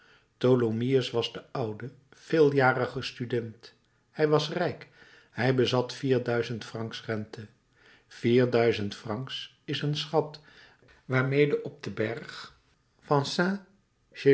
tholomyès was de oude veeljarige student hij was rijk hij bezat vierduizend francs rente vierduizend francs is een schat waarmede op den berg van